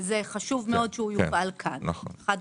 וזה חשוב מאוד שהוא יופעל כאן, חד-משמעית.